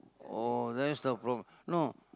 oh that's the problem no